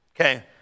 Okay